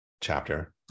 Chapter